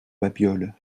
babioles